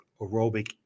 aerobic